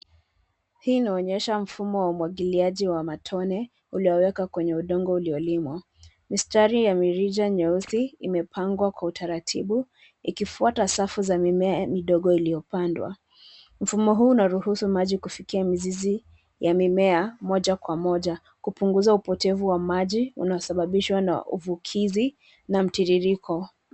Hii inaonyesha mfumo wa umwagiliaji wa matone ulioweka kwenye udongo uliolimwa. Mistari ya mirija nyeusi imepangwa kwa utaratibu, ikifuata safu za mimea midogo iliyopandwa. Mfumo huu unaruhusu maji kufikia mizizi ya mimea moja kwa moja, kupunguza upotevu wa maji unaosababishwa na uvukizi na mtiririko.